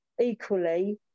equally